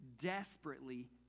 desperately